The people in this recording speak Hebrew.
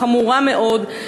חמורה מאוד,